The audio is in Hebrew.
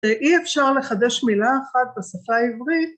‫אי אפשר לחדש מילה אחת בשפה העברית,